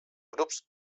grups